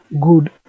good